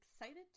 excited